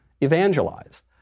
evangelize